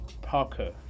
Parker